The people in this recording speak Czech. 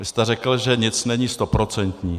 Vy jste řekl, že nic není stoprocentní.